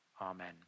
amen